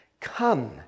come